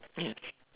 yeah